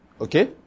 okay